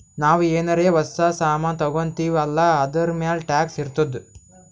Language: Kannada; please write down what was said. ನಾವು ಏನಾರೇ ಹೊಸ ಸಾಮಾನ್ ತಗೊತ್ತಿವ್ ಅಲ್ಲಾ ಅದೂರ್ಮ್ಯಾಲ್ ಟ್ಯಾಕ್ಸ್ ಇರ್ತುದೆ